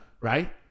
right